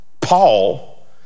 Paul